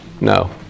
No